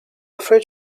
afraid